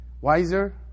wiser